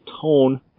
tone